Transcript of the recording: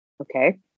Okay